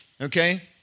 okay